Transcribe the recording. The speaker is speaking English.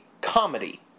comedy